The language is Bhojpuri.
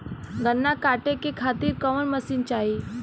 गन्ना कांटेके खातीर कवन मशीन चाही?